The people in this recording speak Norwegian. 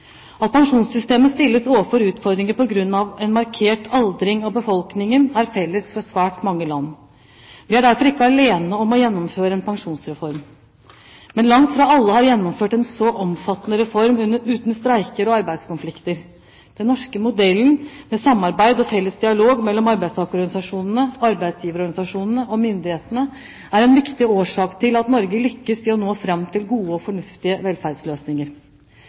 At pensjonssystemet stilles overfor utfordringer på grunn av en markert aldring av befolkningen, er felles for svært mange land. Vi er derfor ikke alene om å gjennomføre en pensjonsreform, men langt fra alle har gjennomført en så omfattende reform uten streiker og arbeidskonflikter. Den norske modellen med samarbeid og felles dialog mellom arbeidstakerorganisasjonene, arbeidsgiverorganisasjonene og myndighetene er en viktig årsak til at Norge lykkes i å nå frem til gode og fornuftige velferdsløsninger.